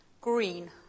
Green